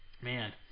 Man